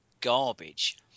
garbage